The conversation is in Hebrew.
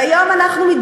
והיום אנחנו,